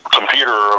computer